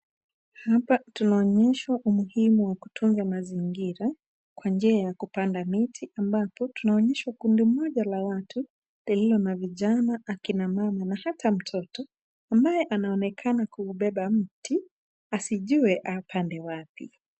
Hapa tunaonyeshwa umuhimu wa kutunza mazingira kwa njia kupanda miti ambapo tunaonyeshwa kundi moja la watu lililo na vijana, akina mama na hata mtoto ambaye anaonekana kuubeba mti asijue apande wapi.